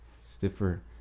stiffer